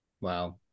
Wow